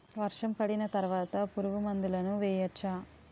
వర్షం పడిన తర్వాత పురుగు మందులను వేయచ్చా?